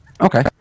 Okay